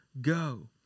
go